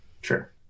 sure